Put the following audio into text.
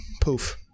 poof